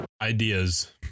ideas